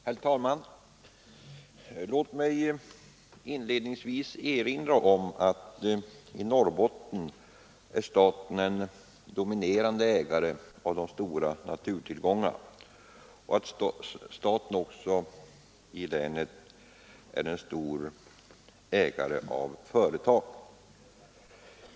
Herr talman! Låt mig inledningsvis erinra om att i Norrbotten staten är en dominerande ägare av de stora naturtillgångarna och att staten är en stor ägare av företag i länet.